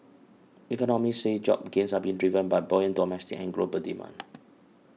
economists say job gains are being driven by buoyant domestic and global demand